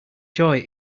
joy